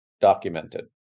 documented